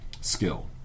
skill